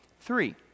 Three